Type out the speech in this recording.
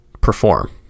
perform